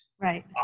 Right